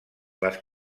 les